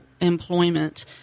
employment